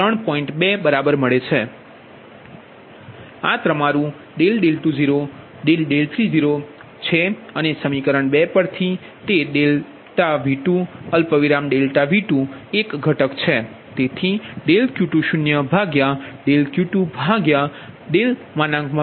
આ તમારું ∆20∆30 અને સમીકરણ 2 પરથી તે ∆V2 ∆V2 એક ઘટક છે